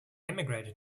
emigrated